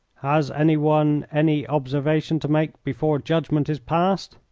has any one any observation to make before judgment is passed?